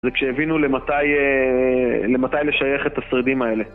זה כשהבינו למתי לשייך את השרידים האלה.